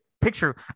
Picture